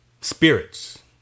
spirits